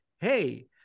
hey